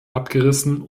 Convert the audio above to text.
abgerissen